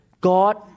God